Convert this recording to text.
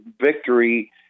victory